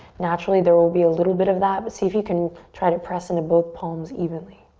naturally, there will be a little bit of that but see if you can try to press into both palms evenly.